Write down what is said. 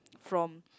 from